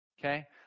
Okay